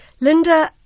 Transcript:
Linda